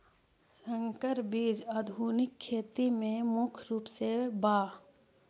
संकर बीज आधुनिक खेती में मुख्य रूप से बा